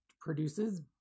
produces